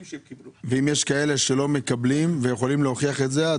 ואם יש כאלה שלא מקבלים ויכולים להוכיח את זה?